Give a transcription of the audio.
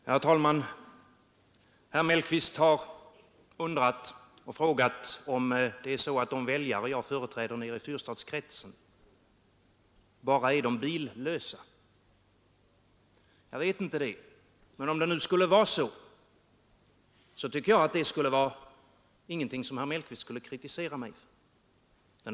Herr talman! Herr Mellqvist har undrat och frågat om de väljare jag företräder nere i Fyrstadskretsen bara är de billösa. Jag vet inte det. Men om det nu skulle vara så, tycker jag att det inte vore någonting som herr Mellqvist skulle kritisera mig för.